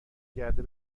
گرده